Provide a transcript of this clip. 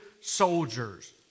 soldiers